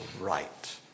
right